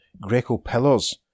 Greco-pillars